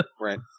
Right